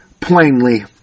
plainly